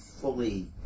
fully